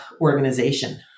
organization